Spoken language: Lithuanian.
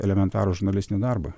elementarų žurnalistinį darbą